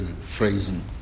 phrasing